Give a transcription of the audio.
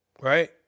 Right